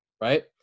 right